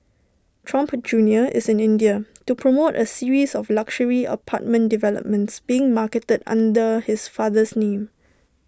Trump junior is in India to promote A series of luxury apartment developments being marketed under his father's name